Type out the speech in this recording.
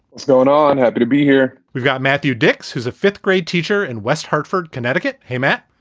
what's going on? happy to be here. we've got matthew dicks, who's a fifth grade teacher in west hartford, connecticut. hey, matt.